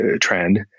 trend